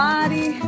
Body